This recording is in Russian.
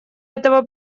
этого